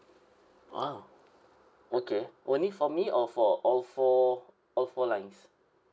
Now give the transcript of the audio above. !wow! okay only for me or for all four all four lines